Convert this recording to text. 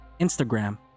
Instagram